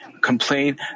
complain